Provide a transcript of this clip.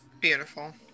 beautiful